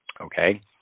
Okay